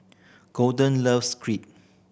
Golden loves Crepe